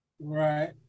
Right